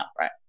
right